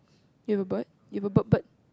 ya but but but ya but but